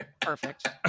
Perfect